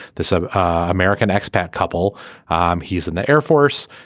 this ah american expat couple um he is in the air force.